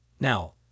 Now